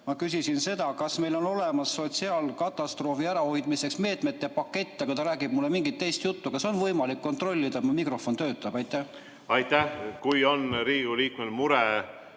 Ma küsisin seda, kas meil on olemas sotsiaalkatastroofi ärahoidmiseks meetmete pakett, aga ta räägib mulle mingit teist juttu. Kas on võimalik kontrollida, kas mu mikrofon töötab? Aitäh, lugupeetud